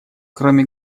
кроме